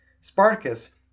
Spartacus